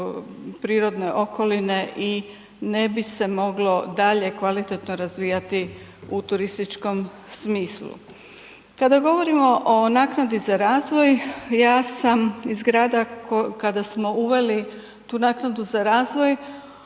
prirodne okoline i ne bi se moglo dalje kvalitetno razvijati u turističkom smislu. Kada govorimo o naknadi za razvoj, ja sam iz grada kada smo uveli tu naknadu za razvoj,